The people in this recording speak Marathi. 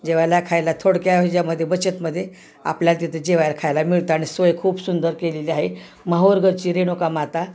जेवायला खायला थोडक्या ह्याच्यामध्ये बचतमध्ये आपल्याला तिथे जेवायला खायला मिळतं आणि सोय खूप सुंदर केलेली आहे माहुरगडची रेणुका माता